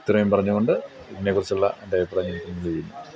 ഇത്രയും പറഞ്ഞുകൊണ്ട് ഇതിനെക്കുറിച്ചുള്ള എൻ്റെ അഭിപ്രായം